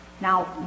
Now